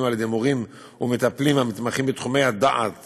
על ידי מורים ומטפלים המתמחים בתחומי הדעת